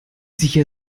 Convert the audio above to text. sicher